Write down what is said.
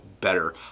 better